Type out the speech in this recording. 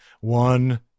One